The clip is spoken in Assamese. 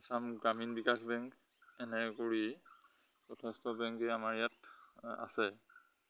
আাম গ্ৰামীণ বিকাশ বেংক এনে কৰি যথেষ্ট বেংকেই আমাৰ ইয়াত আছে